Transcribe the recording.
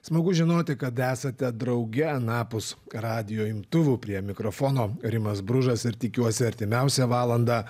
smagu žinoti kad esate drauge anapus radijo imtuvų prie mikrofono rimas bružas ir tikiuosi artimiausią valandą